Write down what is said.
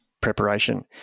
preparation